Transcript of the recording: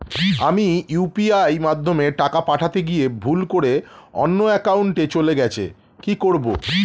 আমি ইউ.পি.আই মাধ্যমে টাকা পাঠাতে গিয়ে ভুল করে অন্য একাউন্টে চলে গেছে কি করব?